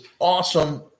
awesome